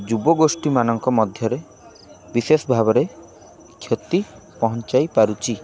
ଯୁବଗୋଷ୍ଠୀମାନଙ୍କ ମଧ୍ୟରେ ବିଶେଷ ଭାବରେ କ୍ଷତି ପହଞ୍ଚାଇପାରୁଛି